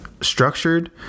structured